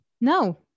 No